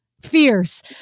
fierce